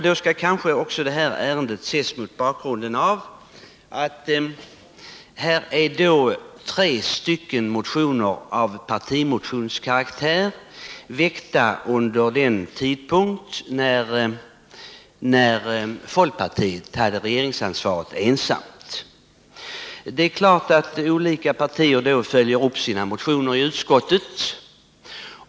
Denna fråga skall dock ses mot bakgrunden av att det i ärendet föreligger tre motioner av partimotionskaraktär, väckta under den tid när folkpartiet ensamt hade regeringsansvaret, och att partierna självfallet följer upp sina motioner i utskottet.